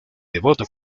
devoto